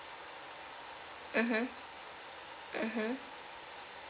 mmhmm mmhmm